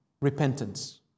repentance